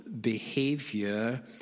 behavior